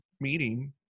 meeting